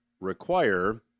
require